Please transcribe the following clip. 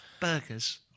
Burgers